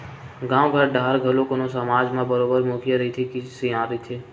गाँव घर डाहर घलो कोनो समाज म बरोबर मुखिया रहिथे, सियान रहिथे